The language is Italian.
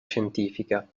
scientifica